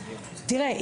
תראה,